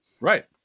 Right